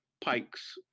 pikes